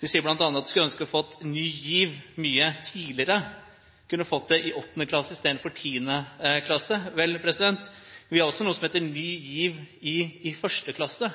De sier bl.a. at de skulle ønske man kunne fått Ny GIV mye tidligere, fått det i 8. klasse istedenfor i 10. klasse. Vel, vi har også noe som heter Ny GIV i 1. klasse,